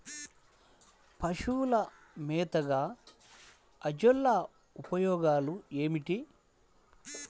పశువుల మేతగా అజొల్ల ఉపయోగాలు ఏమిటి?